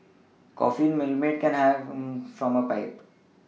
coffee in a Milkmaid can hangs from a pipe